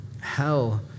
Hell